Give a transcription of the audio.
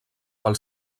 pel